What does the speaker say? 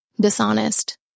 dishonest